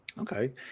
Okay